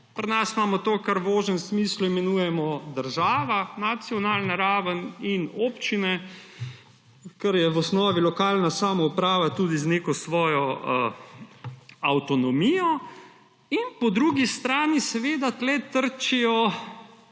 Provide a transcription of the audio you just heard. Pri nas imamo to, kar v ožjem smislu imenujemo država, nacionalna raven, in občine, kar je v osnovi lokalna samouprava, tudi z neko svojo avtonomijo, in po drugi strani tu trčijo